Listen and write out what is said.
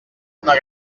una